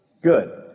Good